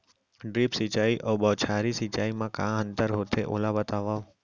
Drip सिंचाई अऊ बौछारी सिंचाई मा का अंतर होथे, ओला बतावव?